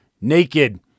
naked